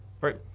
Right